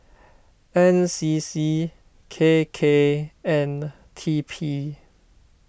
N C C K K and T P